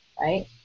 right